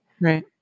Right